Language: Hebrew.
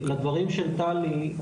לדברים של טלי,